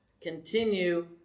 continue